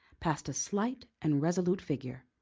passed a slight and resolute figure.